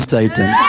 Satan